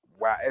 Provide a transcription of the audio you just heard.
wow